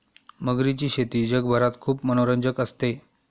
मगरीची शेती जगभरात खूप मनोरंजक असते